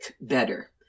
better